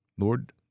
Lord